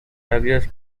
agios